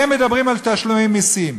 הם מדברים על תשלומי מסים,